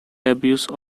abuse